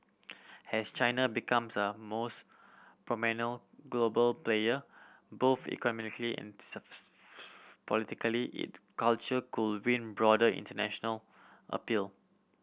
has China becomes a most global player both economically and politically it culture could win broader international appeal